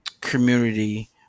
community